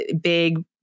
big